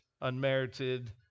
unmerited